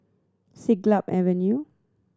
Siglap Avenue